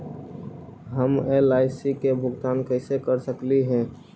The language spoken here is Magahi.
हम एल.आई.सी के भुगतान कैसे कर सकली हे?